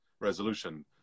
resolution